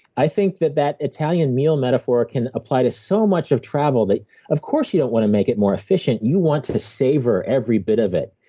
i think that that italian meal metaphor can apply to so much of travel that of course, you don't want to make it more efficient. you want to to savor every bit of it.